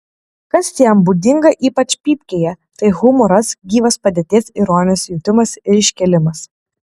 kas jam būdinga ypač pypkėje tai humoras gyvas padėties ironijos jutimas ir iškėlimas